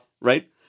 right